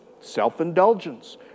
self-indulgence